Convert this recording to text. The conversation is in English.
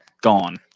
gone